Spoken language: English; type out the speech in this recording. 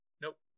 Nope